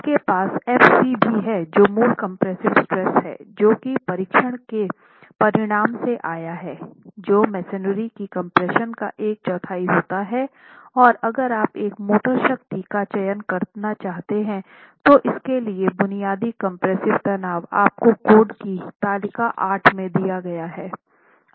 हमारे पास fcभी है जो मूल कंप्रेसिव स्ट्रेस है जो की परीक्षण के परिणाम से आया हैं जो मेसनरी की कम्प्रेशन का एक चौथाई होता हैं और अगर आप एक मोटर शक्ति का चयन करना चाहते हैं तो इसके लिए बुनियादी कम्प्रेस्सिव तनाव आपको कोड की तालिका 8 में दिया गया है